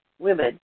women